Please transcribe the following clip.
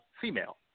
female